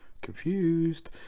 Confused